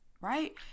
right